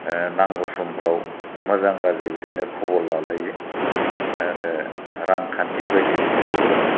नांगौ समफोराव मोजां गाज्रि बिदिनो खबर लालायो आरो रांखान्थि बायदिसिनायावबो